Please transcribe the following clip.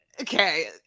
okay